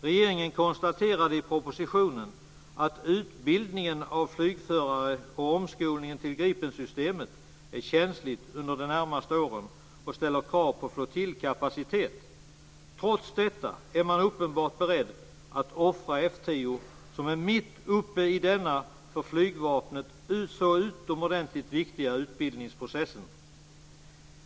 Regeringen konstaterar i propositionen att utbildningen av flygförare och omskolningen till Gripensystemet är känsligt under de närmaste åren och ställer krav på flottiljkapacitet. Trots detta är man uppenbart beredd att offra F 10 som är mitt uppe i denna för flygvapnet så utomordentligt viktiga utbildningsprocess.